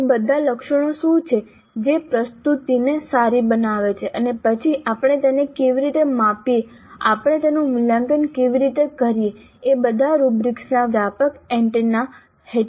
તે બધા લક્ષણો શું છે જે પ્રસ્તુતિને સારી બનાવે છે અને પછી આપણે તેને કેવી રીતે માપીએ આપણે તેનું મૂલ્યાંકન કેવી રીતે કરીએ તે બધા રુબ્રિક્સના વ્યાપક એન્ટેના હેઠળ આવે છે